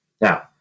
Now